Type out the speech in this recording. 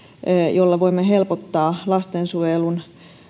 jolla voimme helpottaa lastensuojelun